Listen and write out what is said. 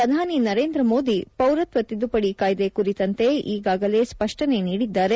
ಪ್ರಧಾನಿ ನರೇಂದ್ರ ಮೋದಿ ಪೌರತ್ವ ತಿದ್ದುಪದಿ ಕಾಯ್ದೆ ಕುರಿತಂತೆ ಈಗಾಗಲೇ ಸ್ಪಷ್ಟನೆ ನೀಡಿದ್ದಾರೆ